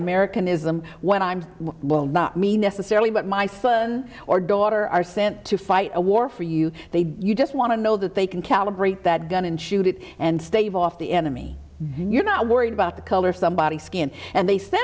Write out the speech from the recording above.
american ism when i'm well not mean necessarily but my son or daughter are sent to fight a war for you they you just want to know that they can calibrate that gun and shoot it and stave off the enemy and you're not worried about the color somebody's skin and they said